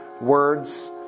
words